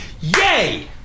Yay